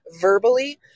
verbally